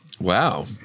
Wow